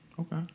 Okay